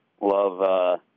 love